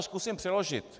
Zkusím to přeložit.